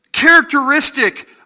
characteristic